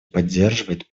поддерживает